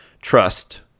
trust